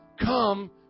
come